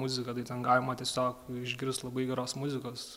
muzika tai ten galima tiesiog išgirst labai geros muzikos